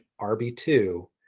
rb2